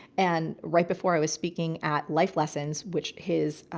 and right before i was speaking at life lessons, which his,